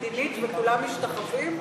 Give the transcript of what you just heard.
כמו שאומרים "רשת ביטחון מדינית" וכולם משתחווים,